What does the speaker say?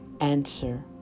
answer